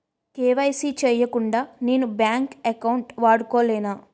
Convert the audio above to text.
KYC చేయకుండా నేను bank account వాడుకొలేన?